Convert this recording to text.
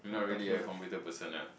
not really a computer person ah